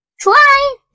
Try